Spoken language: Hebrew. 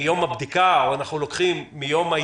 אם אנחנו לוקחים מיום הבדיקה,